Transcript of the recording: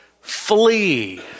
flee